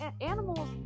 animals